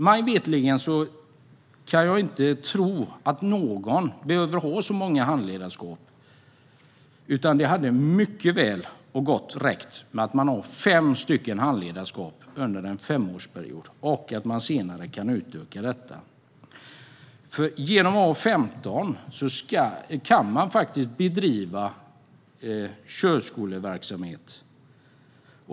Jag kan inte tro att någon behöver ha så många handledarskap. Det hade mycket väl kunnat räcka med fem handledarskap under en femårsperiod. Senare kan man utöka detta. Genom att ha 15 handledarskap kan man faktiskt bedriva körskoleverksamhet.